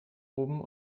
oben